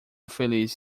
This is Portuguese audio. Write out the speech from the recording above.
feliz